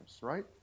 right